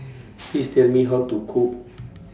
Please Tell Me How to Cook